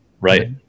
right